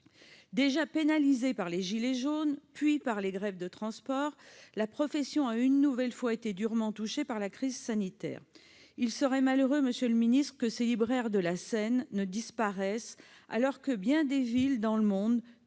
Déjà pénalisée par les gilets jaunes, puis par les grèves des transports, la profession a une nouvelle fois été durement touchée par la crise sanitaire. Il serait malheureux que ces libraires de la Seine disparaissent, alors que bien des villes dans le monde,